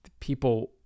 people